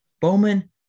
Bowman